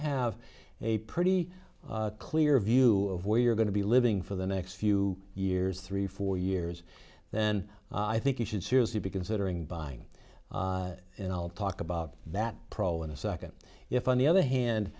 have a pretty clear view of where you're going to be living for the next few years three or four years then i think you should seriously be considering buying and i'll talk about that in a second if on the other